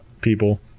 people